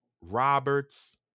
Roberts